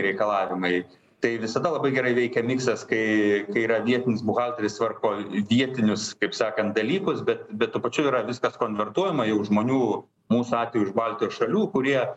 reikalavimai tai visada labai gerai veikia miksas kai yra vietinis buhalteris tvarkoj vietinius kaip sakant dalykus bet bet tuo pačiu yra viskas konvertuojama jau žmonių mūsų atveju iš baltijos šalių kurie